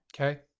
Okay